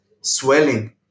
swelling